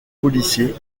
policier